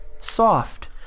soft